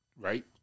Right